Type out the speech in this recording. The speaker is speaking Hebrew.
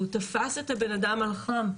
והוא תפס את הבן אדם על חם,